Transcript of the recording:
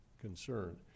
concern